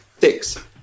six